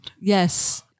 Yes